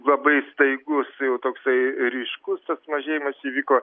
labai staigus jau toksai ryškus tas mažėjimas įvyko